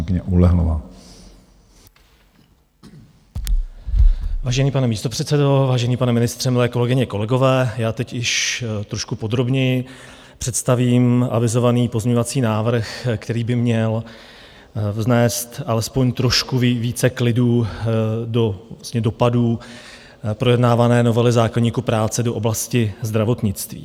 Vážený pane místopředsedo, vážený pane ministře, milé kolegyně, kolegové, já teď již trošku podrobněji představím avizovaný pozměňovací návrh, který by měl vznést aspoň trošku více klidu do dopadu projednávané novely zákoníku práce do oblasti zdravotnictví.